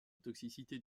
toxicité